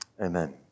Amen